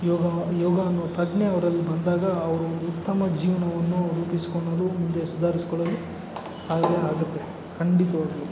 ಯೋಗ ಯೋಗ ಅನ್ನೋ ಪ್ರಜ್ಞೆ ಅವ್ರಲ್ಲಿ ಬಂದಾಗ ಅವರು ಉತ್ತಮ ಜೀವನವನ್ನು ರೂಪಿಸ್ಕೊಳ್ಳೋದು ಮುಂದೆ ಸುಧಾರಿಸ್ಕೊಳ್ಳೋದು ಸಹಾಯ ಆಗುತ್ತೆ ಖಂಡಿತವಾಗಲೂ